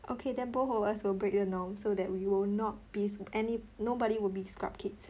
okay then both of us will break the norm so that we will not be any nobody will be scrub kids